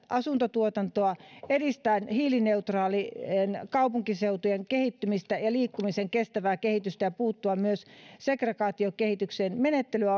asuntotuotantoa edistää hiilineutraalien kaupunkiseutujen kehittymistä ja liikkumisen kestävää kehitystä ja voidaan puuttua myös segregaatiokehitykseen menettelyä